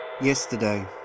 Yesterday